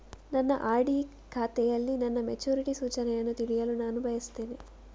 ನನ್ನ ಆರ್.ಡಿ ಖಾತೆಯಲ್ಲಿ ನನ್ನ ಮೆಚುರಿಟಿ ಸೂಚನೆಯನ್ನು ತಿಳಿಯಲು ನಾನು ಬಯಸ್ತೆನೆ